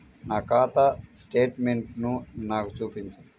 నా ఖాతా స్టేట్మెంట్ను నాకు చూపించు